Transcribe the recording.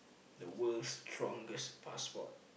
the world's strongest passport